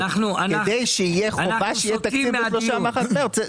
כדי שתהיה חובה שיהיה תקציב ב-31 במרץ,